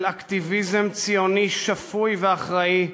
של אקטיביזם ציוני שפוי ואחראי,